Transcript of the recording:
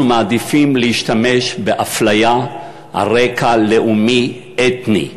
אנחנו מעדיפים להשתמש ב"אפליה על רקע לאומי-אתני".